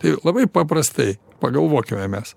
tai labai paprastai pagalvokime mes